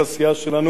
יצא למילואים.